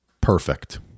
Perfect